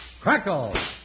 crackle